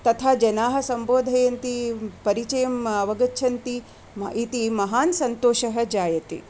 तथा जनाः सम्बोधयन्ति परिचयम् अवगच्छन्ति इति महान् सन्तोषः जायते